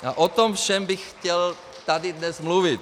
A o tom všem bych chtěl tady dnes mluvit.